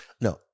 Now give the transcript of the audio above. No